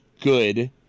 good